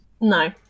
No